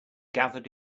gathered